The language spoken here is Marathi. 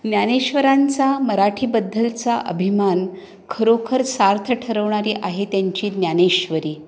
ज्ञानेश्वरांचा मराठीबद्धलचा अभिमान खरोखर सार्थ ठरवणारी आहे त्यांची ज्ञानेश्वरी